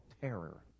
terror